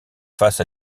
face